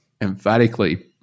emphatically